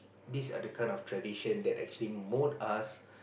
this are the kind of tradition that actually mould us